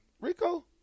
Rico